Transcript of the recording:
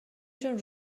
جون